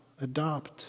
adopt